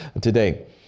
today